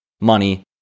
money